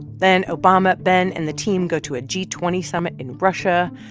then obama, ben and the team go to a g twenty summit in russia.